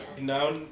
now